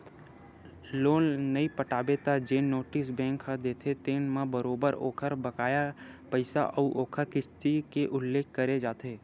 loan नइ पटाबे त जेन नोटिस बेंक ह देथे तेन म बरोबर ओखर बकाया पइसा अउ ओखर किस्ती के उल्लेख करे जाथे